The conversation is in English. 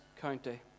county